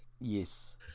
Yes